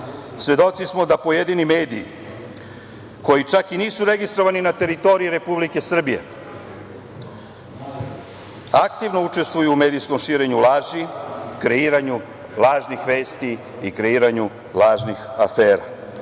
svedoci smo da pojedini mediji, koji čak i nisu registrovani na teritoriji Republike Srbije, aktivno učestvuju u medijskom širenju laži, kreiranju lažnih vesti i kreiranju lažnih afera,